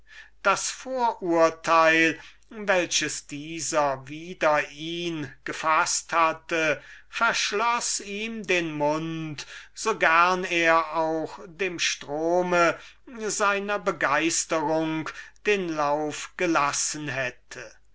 das vorurteil welches dieser wider ihn gefaßt hatte verschloß ihm den mund so gern er auch dem strome seiner begeisterung den lauf gelassen hätte